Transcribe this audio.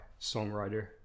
songwriter